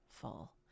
full